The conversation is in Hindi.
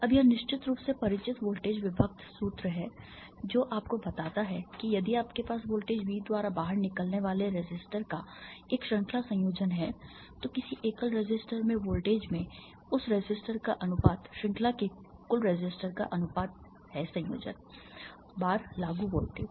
अब यह निश्चित रूप से परिचित वोल्टेज विभक्त सूत्र है जो आपको बताता है कि यदि आपके पास वोल्टेज V द्वारा बाहर निकलने वाले रेसिस्टर का एक श्रृंखला संयोजन है तो किसी एकल रेसिस्टर में वोल्टेज में उस रेसिस्टर का अनुपात श्रृंखला के कुल रेसिस्टर का अनुपात है संयोजन बार लागू वोल्टेज